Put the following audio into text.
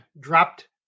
dropped